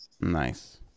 Nice